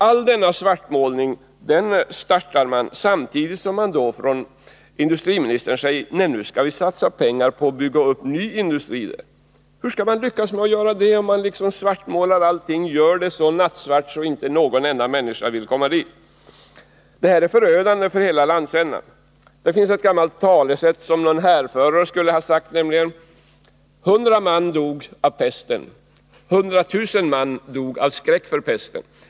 All denna svartmålning startar man samtidigt som industriministern säger att nu skall vi satsa pengar för att bygga upp en ny industri där. Hur skall man lyckas med det, när man skildrar allt så nattsvart att inte någon människa vill komma dit? Det är förödande för hela landsändan. Någon härförare lär ha sagt: Hundra man dog av pesten, hundra tusen man dog av skräck för pesten.